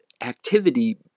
activity